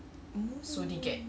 oh